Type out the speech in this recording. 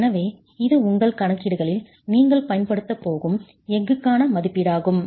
எனவே இது உங்கள் கணக்கீடுகளில் நீங்கள் பயன்படுத்தப் போகும் எஃகுக்கான மதிப்பீடாகும்